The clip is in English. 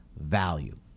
value